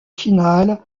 finale